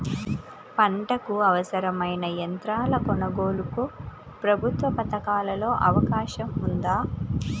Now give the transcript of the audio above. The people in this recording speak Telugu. పంటకు అవసరమైన యంత్రాల కొనగోలుకు ప్రభుత్వ పథకాలలో అవకాశం ఉందా?